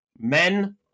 men